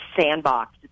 sandbox